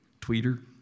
tweeter